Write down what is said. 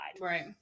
right